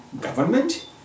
government